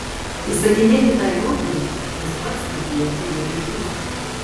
įsakinėti tai moteriai tas pats kaip liepti vėjui pūsti